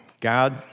God